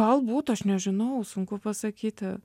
galbūt aš nežinau sunku pasakyti